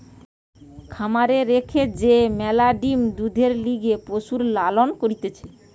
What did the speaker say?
খামারে রেখে যে ম্যালা ডিম্, দুধের লিগে পশুর লালন করতিছে